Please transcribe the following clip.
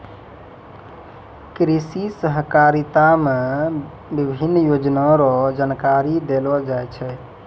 कृषि सहकारिता मे विभिन्न योजना रो जानकारी देलो जाय छै